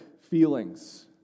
feelings